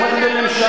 את תומכת בממשלה